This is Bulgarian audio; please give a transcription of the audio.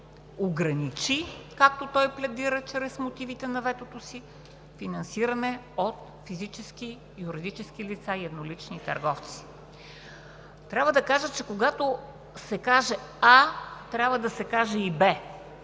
ограничи, както той пледира в мотивите на ветото си, финансиране от физически и юридически лица и еднолични търговци. Трябва да кажа, че когато се каже „а“, трябва да се каже и